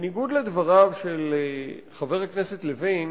בניגוד לדבריו של חבר הכנסת לוין,